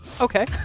Okay